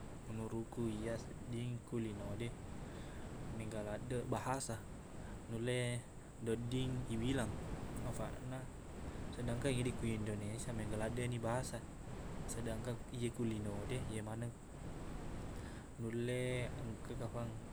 Menurutku iyaq sedding ku lino de mega laddeq bahasa nulle deq ding ibilang afaqna- sedangkan idiq ku indonesia mega laddeqni bahasa sedangkan iye ku lino de iye maneng nulle engka kafang